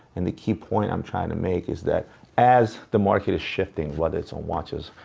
and the key point i'm trying to make is that as the market is shifting whether it's in watches,